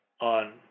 on